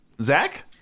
zach